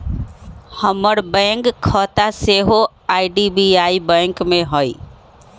हमर बैंक खता सेहो आई.डी.बी.आई बैंक में हइ